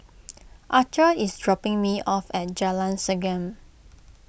Archer is dropping me off at Jalan Segam